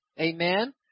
amen